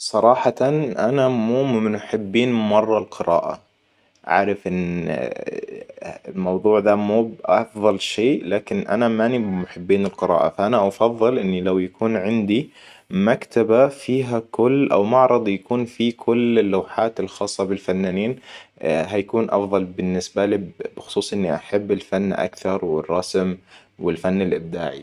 صراحة أنا مو من محبين مرة القراءة. عارف إن الموضوع ذا موب أفضل شيء لكن أنا ماني بمحبين القراءة فأنا أفضل إني لو يكون عندي مكتبة فيها كل أو معرض يكون فيه كل اللوحات الخاصة بالفنانين هيكون أفضل بالنسبة لي بخصوص إني أحب الفن أكثر والرسم والفن الإبداعي